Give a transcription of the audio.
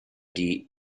die